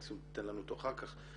מקסימום תיתן לנו אותו אחר כך.